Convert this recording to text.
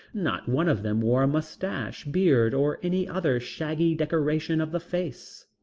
not one of them wore a mustache, beard or any other shaggy decoration of the face.